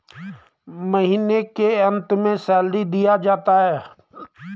महीना के अंत में सैलरी दिया जाता है